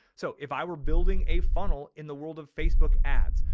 so if i were building a funnel in the world of facebook ads,